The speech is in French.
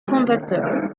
fondateur